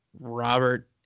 Robert